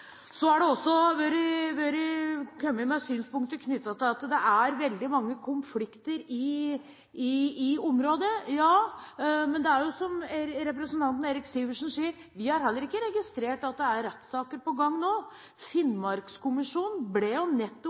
Så har det også kommet synspunkter knyttet til at det er veldig mange konflikter i området, men det er jo som representanten Erik Sivertsen sier: Vi har heller ikke registrert at det er rettssaker på gang nå. Finnmarkskommisjonen ble nettopp